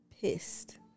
pissed